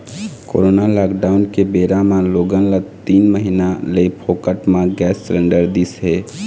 corona lockdown के बेरा म लोगन ल तीन महीना ले फोकट म गैंस सिलेंडर दिस हे